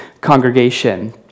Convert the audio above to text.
congregation